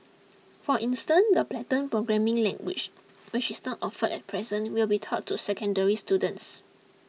for instance the Python programming language which is not offered at present will be taught to secondary students